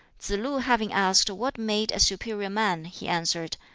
tsz-lu having asked what made a superior man, he answered,